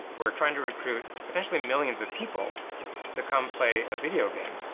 we're trying to recruit potentially millions of people to come play a video game.